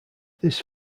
this